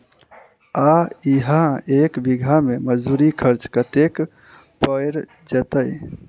आ इहा एक बीघा मे मजदूरी खर्च कतेक पएर जेतय?